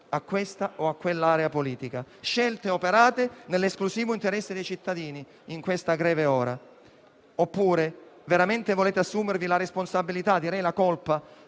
a questa o a quell'area politica. Scelte operate nell'esclusivo interesse dei cittadini in questa greve ora. In caso contrario, veramente volete assumervi la responsabilità - direi la colpa